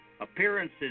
Appearances